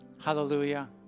Hallelujah